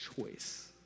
choice